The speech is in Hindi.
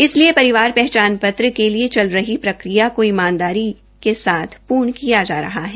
इसलिए परिवार पहचान पत्र के लिए चल रही प्रक्रिया को ईमानदारी और श्चिता के साथ पूर्ण किया जा रहा है